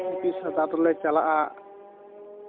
office ᱟᱫᱟᱞᱚᱛᱞᱮ ᱪᱟᱞᱟᱜᱼᱟ